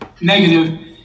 negative